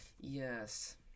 Yes